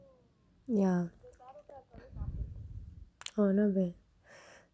ya oh not bad